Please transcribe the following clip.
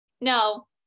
No